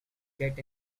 get